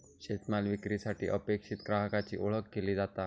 शेतमाल विक्रीसाठी अपेक्षित ग्राहकाची ओळख केली जाता